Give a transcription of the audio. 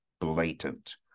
blatant